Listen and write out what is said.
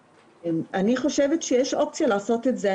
אני חושבת שיש אופציה לעשות את זה.